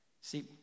See